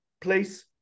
place